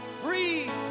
Breathe